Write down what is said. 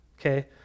Okay